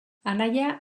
anaia